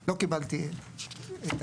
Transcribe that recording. לא קיבלתי את,